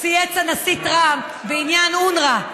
צייץ הנשיא טראמפ בעניין אונר"א.